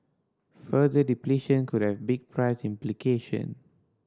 further depletion could have big price implication